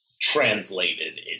translated